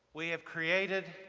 we have created